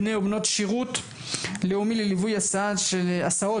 ובני ובנות שירות לאומי ללווי הסעות